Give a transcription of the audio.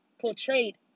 portrayed